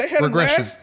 Regression